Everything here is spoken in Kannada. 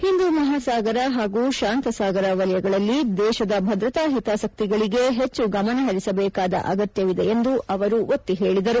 ಹಿಂದೂಮಹಾಸಾಗರ ಹಾಗೂ ಶಾಂತಸಾಗರ ವಲಯಗಳಲ್ಲಿ ದೇಶದ ಭದ್ರತಾ ಹಿತಾಸಕ್ತಿಗಳಿಗೆ ಹೆಚ್ಚು ಗಮನಹರಿಸಬೇಕಾದ ಅಗತ್ಯವಿದೆ ಎಂದು ಅವರು ಒತ್ತಿ ಹೇಳಿದರು